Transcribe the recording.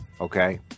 okay